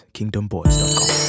KingdomBoys.com